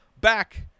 back